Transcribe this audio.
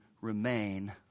remain